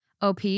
OP